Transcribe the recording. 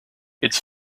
its